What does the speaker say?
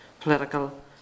political